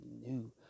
new